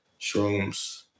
shrooms